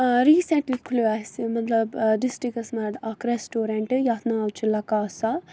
recently کھُلیو اَسہِ مطلب ڈِسٹِرٛکَس منٛز اَکھ ریٚسٹورَنٛٹ یَتھ ناو چھِ لکاسا